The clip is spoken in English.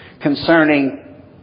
concerning